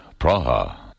Praha